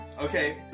Okay